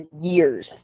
years